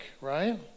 right